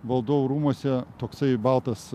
valdovų rūmuose toksai baltas